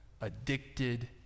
addicted